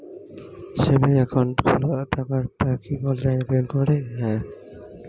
Savings account খোলা টাকাটা কি অনলাইনে পেমেন্ট করে?